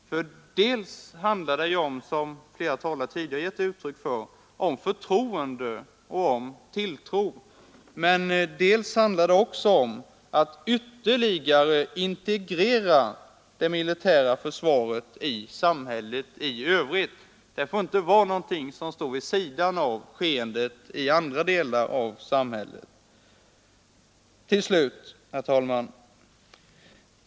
Dels handlar det — vilket flera talare givit uttryck för — om förtroende och tilltro, dels handlar det om att ytterligare integrera det militära försvaret med samhället i övrigt. Det får inte vara någonting som står vid sidan av skeendet i andra delar av samhället. Till slut, herr talman!